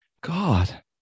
God